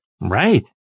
Right